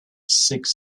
six